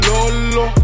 Lolo